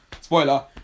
spoiler